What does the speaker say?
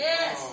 Yes